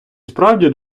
справді